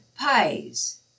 pies